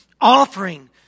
offering